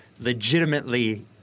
legitimately